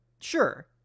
Sure